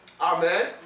Amen